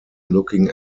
looking